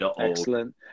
Excellent